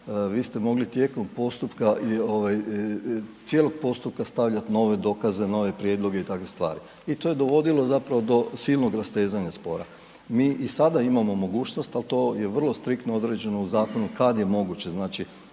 vi ste mogli tijekom postupka, cijelog postupka stavljati nove dokaze, nove prijedloge i takve stvari. I to je dovodilo zapravo do silnog rastezanja spora. Mi i sada imamo mogućnost ali to je vrlo striktno određeno u zakonu, kada je moguće